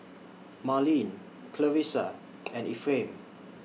Marlene Clarisa and Ephraim